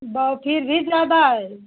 वह फिर भी ज्यादा है